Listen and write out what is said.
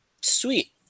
Sweet